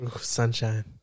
Sunshine